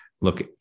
look